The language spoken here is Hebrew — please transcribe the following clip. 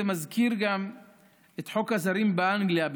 זה מזכיר גם את חוק הזרים באנגליה,